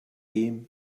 ihm